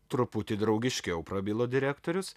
truputį draugiškiau prabilo direktorius